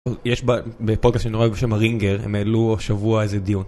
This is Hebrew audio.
יש בפולקה שאני נורא אוהב בשם הרינגר, הם העלו השבוע איזה דיון